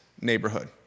neighborhood